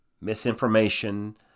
misinformation